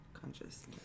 Consciousness